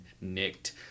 nicked